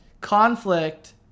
Conflict